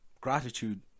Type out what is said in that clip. gratitude